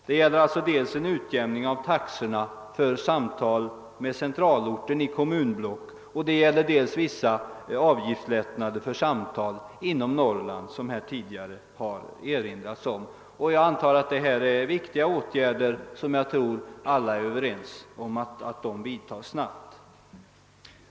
Det gäller dels en utjämning av taxorna för samtal med centralorten i kommunblocket, dels vissa avgiftslättnader för samtal inom Norrland, som här tidigare har erinrats om. Jag antar att alla är överens om att dessa viktiga åtgärder bör genomföras snarast.